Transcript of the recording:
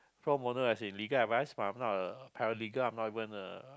pro bono as in legal advice but I'm not paralegal I'm not even a